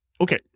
Okay